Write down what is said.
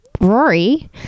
rory